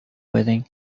within